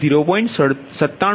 037 0